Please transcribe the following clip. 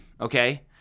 Okay